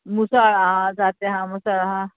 मुसाळ आहा जात्या हा मुसाळ आहा